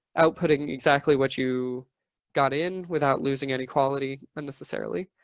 outputting exactly what you got in without losing any quality unnecessarily.